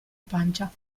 pancia